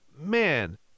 man